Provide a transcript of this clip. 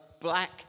Black